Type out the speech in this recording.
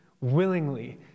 willingly